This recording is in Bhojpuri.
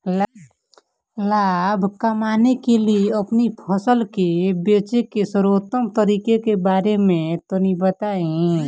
लाभ कमाने के लिए अपनी फसल के बेचे के सर्वोत्तम तरीके के बारे में तनी बताई?